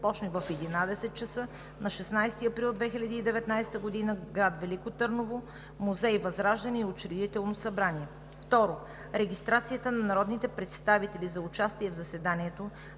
започне в 11,00 ч. на 16 април 2019 г. в град Велико Търново, музей „Възраждане и Учредително събрание“. 2. Регистрацията на народните представители за участие в заседанието